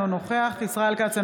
אינו נוכח ישראל כץ,